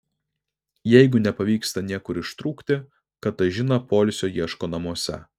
jeigu nepavyksta niekur ištrūkti katažina poilsio ieško namuose